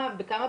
נתון